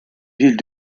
villes